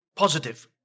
positive